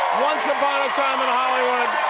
once upon a time in hollywood.